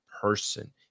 person